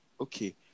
Okay